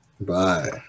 bye